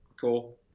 cool